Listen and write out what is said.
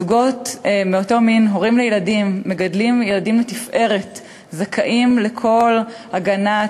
זוגות מאותו מין הורים לילדים מגדלים ילדים לתפארת וזכאים לכל הגנה,